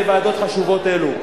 לוועדות חשובות אלה,